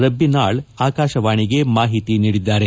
ರಬ್ಬಿನಾಳ್ ಆಕಾಶವಾಣಿಗೆ ಮಾಹಿತಿ ನೀಡಿದ್ದಾರೆ